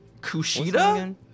Kushida